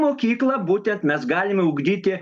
mokyklą būtent mes galime ugdyti